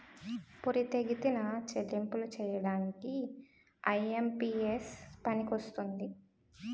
పోరితెగతిన చెల్లింపులు చేయడానికి ఐ.ఎం.పి.ఎస్ పనికొస్తుంది